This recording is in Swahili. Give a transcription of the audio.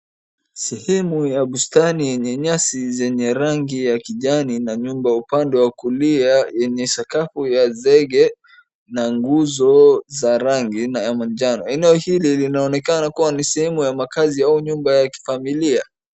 Sehemu ya bustani yenye nyasi zenye rangi ya kijani na nyumba upande wa kulia yenye sakafu ya zege na nguzo za rangi ya manjano. Eneo hili linaonekana kuwa ni sehemu ya makazi au nyumba ya kifamilia.